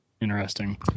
Interesting